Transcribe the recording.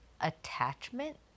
attachment